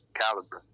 caliber